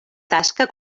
tasca